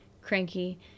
cranky